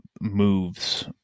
moves